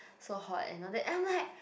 so hot and all that and I'm like